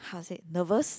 how to said nervous